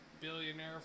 billionaire